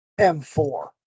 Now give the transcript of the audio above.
M4